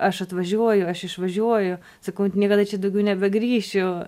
aš atvažiuoju aš išvažiuoju sakau niekada čia daugiau nebegrįšiu